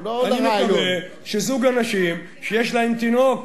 אני מקווה שזוג אנשים שיש להם תינוק,